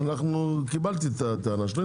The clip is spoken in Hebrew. קיבלתי את הטענה שלך.